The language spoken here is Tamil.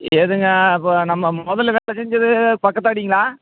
எதுங்க இப்போது நம்ம மொதல்லில் வேலை செஞ்சது பக்கத்தாடிங்ளா